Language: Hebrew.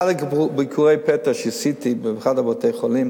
באחד מביקורי הפתע שעשיתי באחד מבתי-החולים